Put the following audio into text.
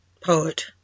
poet